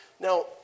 Now